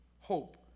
hope